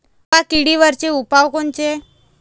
मावा किडीवरचे उपाव कोनचे?